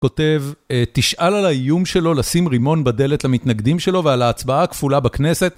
כותב, תשאל על האיום שלו לשים רימון בדלת למתנגדים שלו ועל ההצבעה הכפולה בכנסת.